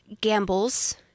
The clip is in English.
gambles